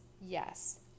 Yes